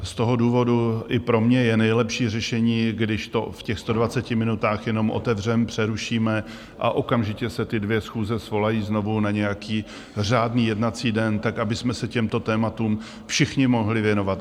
Z toho důvodu i pro mě je nejlepší řešení, když to v těch 120 minutách jenom otevřeme, přerušíme a okamžitě se ty dvě schůze svolají znovu na nějaký řádný jednací den tak, abychom se těmto tématům všichni mohli věnovat.